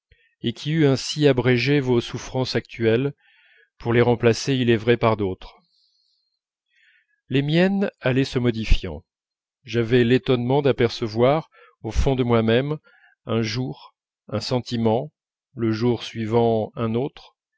et qui eût ainsi abrégé vos souffrances actuelles pour les remplacer il est vrai par d'autres les miennes allaient se modifiant j'avais l'étonnement d'apercevoir au fond de moi-même un jour un sentiment le jour suivant un autre